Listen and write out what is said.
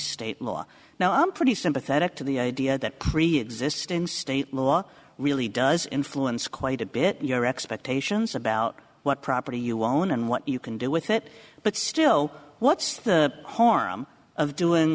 state law now i'm pretty sympathetic to the idea that preexisting state law really does influence quite a bit your expectations about what property you own and what you can do with it but still what's the harm of doing